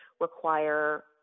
require